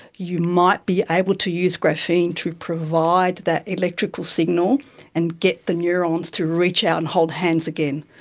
you might be able to use graphene to provide that electrical signal and get the neurons to reach out and hold hands again.